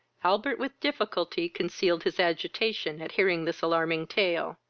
albert with difficulty concealed his agitation at hearing this alarming tale.